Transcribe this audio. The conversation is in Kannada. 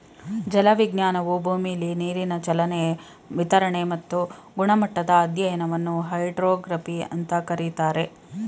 ಜಲವಿಜ್ಞಾನವು ಭೂಮಿಲಿ ನೀರಿನ ಚಲನೆ ವಿತರಣೆ ಮತ್ತು ಗುಣಮಟ್ಟದ ಅಧ್ಯಯನವನ್ನು ಹೈಡ್ರೋಗ್ರಫಿ ಅಂತ ಕರೀತಾರೆ